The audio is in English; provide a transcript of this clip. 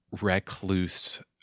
recluse